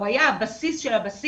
הוא היה הבסיס של הבסיס,